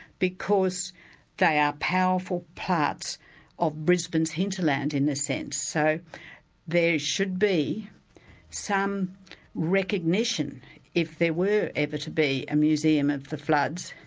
because they are powerful parts of brisbane's hinterland in a sense. so there should be some recognition if there were ever to be a museum of the floods,